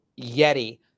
Yeti